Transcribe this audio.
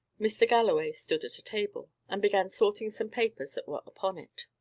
mr. galloway stood at a table, and began sorting some papers that were upon it.